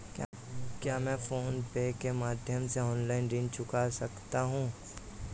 क्या मैं PhonePe के माध्यम से ऑनलाइन ऋण चुका सकता हूँ?